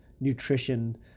nutrition